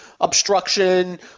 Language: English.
obstruction